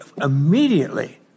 immediately